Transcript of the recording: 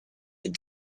had